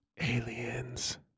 Aliens